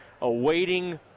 awaiting